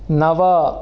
नव